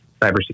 cybersecurity